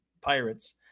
Pirates